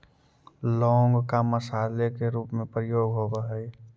लौंग का मसाले के रूप में प्रयोग होवअ हई